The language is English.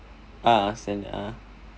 us and err